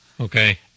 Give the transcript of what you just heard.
Okay